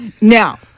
Now